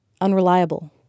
unreliable